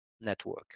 network